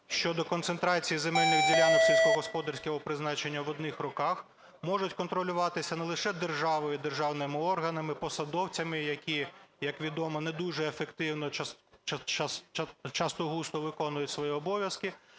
щодо концентрації земельних ділянок сільськогосподарського призначення. В одних руках можуть контролюватися не лише державою і державними органами, посадовцями, які, як відомо, не дуже ефективно часто-густо виконують свої обов'язки,